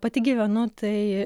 pati gyvenu tai